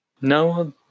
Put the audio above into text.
No